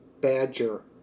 badger